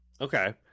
Okay